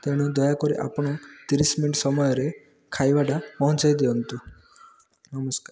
ତେଣୁ ଦୟାକରି ଆପଣ ତିରିଶ ମିନିଟ୍ ସମୟରେ ଖାଇବାଟା ପହଞ୍ଚେଇ ଦିଅନ୍ତୁ ନମସ୍କାର